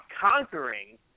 conquering